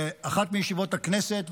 באחת מישיבות הכנסת,